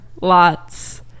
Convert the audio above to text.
Lots